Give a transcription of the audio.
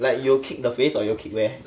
like you'll kick the face or you'll kick where